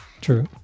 True